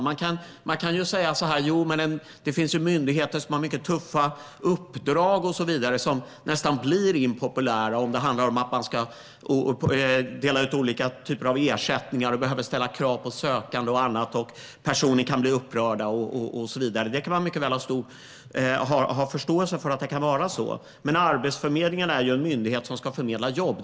Det finns myndigheter som har mycket tuffa uppdrag och som därför blir impopulära. Det handlar om myndigheter som betalar ut olika typer av ersättningar och behöver ställa krav på sökande. Enskilda personer kan bli upprörda, och det kan man ha förståelse för, att det kan vara tufft för dessa myndigheter. Men Arbetsförmedlingen är ju en myndighet som ska förmedla jobb.